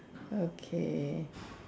okay